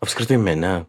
apskritai mene